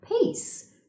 peace